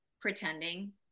pretending